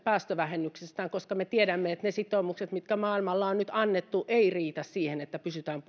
päästövähennyksistään koska me tiedämme että ne sitoumukset mitkä maailmalla on nyt annettu eivät riitä siihen että pysytään